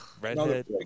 redhead